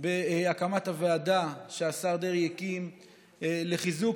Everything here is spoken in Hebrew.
בהקמת הוועדה שהשר דרעי הקים לחיזוק